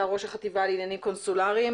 אתה ראש החטיבה לעניינים קונסולריים,